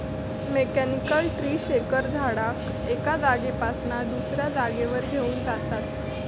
mechanical tree shaker झाडाक एका जागेपासना दुसऱ्या जागेवर घेऊन जातत